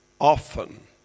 often